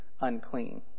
unclean